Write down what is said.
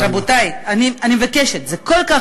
אז, רבותי, תודה רבה.